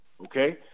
Okay